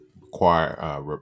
require